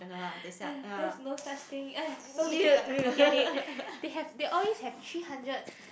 that's no such thing eh so difficult forget it they have they always have three hundred